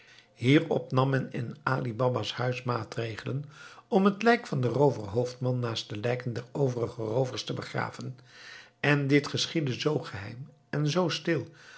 hierop nam men in ali baba's huis maatregelen om het lijk van den rooverhoofdman naast de lijken der overige roovers te begraven en dit geschiedde zoo geheim en zoo stil